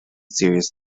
serious